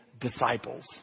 disciples